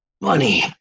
Money